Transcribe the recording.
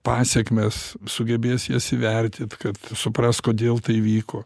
pasekmes sugebės jas įvertint kad supras kodėl tai vyko